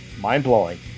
mind-blowing